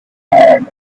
tired